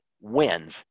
wins